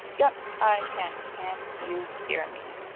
yep i can, can you hear me?